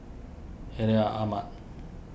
Ahmad